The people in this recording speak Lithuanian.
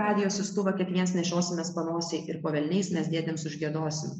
radijo siųstuvą kiekviens nešiosimės panosėje ir po velniais mes dėdėms užgiedosim